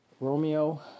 Romeo